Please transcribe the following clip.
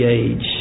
age